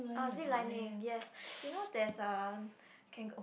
oh ziplining yes you know there's a you can go